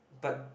but